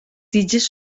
tiges